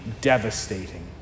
devastating